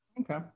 Okay